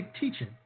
teaching